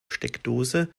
steckdose